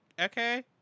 okay